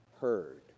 heard